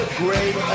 great